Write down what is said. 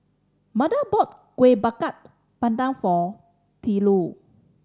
Manda bought Kueh Bakar Pandan for Twila